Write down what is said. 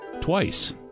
twice